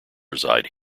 reside